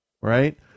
right